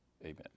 Amen